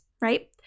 right